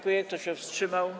Kto się wstrzymał?